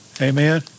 Amen